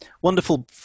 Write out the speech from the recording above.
wonderful